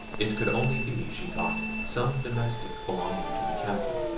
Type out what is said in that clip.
it could only be, she thought, some domestic belonging to the castle.